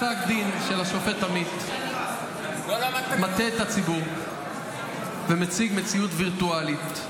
פסק הדין של השופט עמית מטעה את הציבור ומציג מציאות וירטואלית,